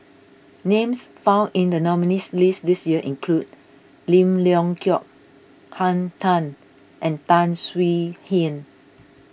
names found in the nominees' list this year include Lim Leong Geok Henn Tan and Tan Swie Hian